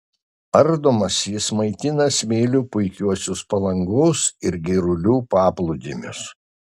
ardomas jis maitina smėliu puikiuosius palangos ir girulių paplūdimius